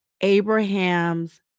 Abraham's